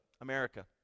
America